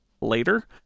later